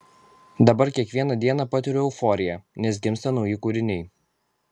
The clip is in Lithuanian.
dabar kiekvieną dieną patiriu euforiją nes gimsta nauji kūriniai